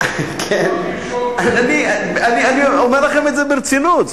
אני אומר לכם את זה ברצינות,